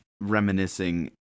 reminiscing